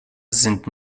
sind